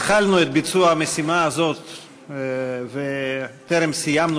התחלנו את ביצוע המשימה הזאת וטרם סיימנו